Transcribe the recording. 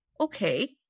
okay